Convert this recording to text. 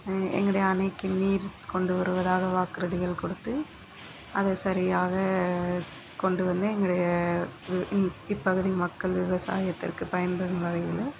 எங்களுடைய அணைக்கு நீர் கொண்டு வருவதாக வாக்குறுதிகள் கொடுத்து அதைச் சரியாகக் கொண்டு வந்து எங்களுடைய இப்பகுதி மக்கள் விவசாயத்திற்குப் பயன்படும் வகையில்